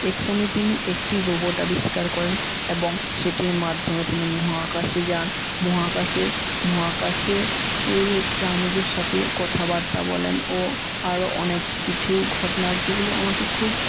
এক সময় তিনি একটি রোবট আবিষ্কার করেন এবং সেটির মাধ্যমে তিনি মহাকাশে যান মহাকাশে মহাকাশে প্রাণীদের সাথে কথাবার্তা বলেন ও আরো অনেক কিছু ঘটনা যেগুলি আমাকে খুব